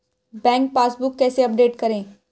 Bank passbook कैसे update करें?